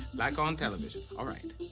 like on television, all right.